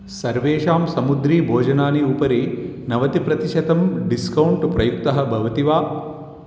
सर्वेषां समुद्रीभोजनानि उपरि नवतिप्रतिशतं डिस्कौण्ट् प्रयुक्तः भवति वा